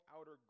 outer